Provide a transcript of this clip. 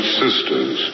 sisters